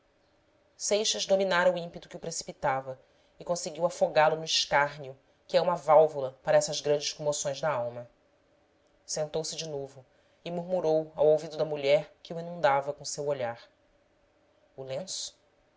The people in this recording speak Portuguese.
seixas dominara o ímpeto que o precipitava e conseguiu afogá lo no escárnio que é uma válvula para essas grandes comoções da alma sentou-se de novo e murmurou ao ouvido da mulher que o inundava com seu olhar o lenço